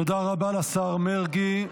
תודה רבה לשר מרגי.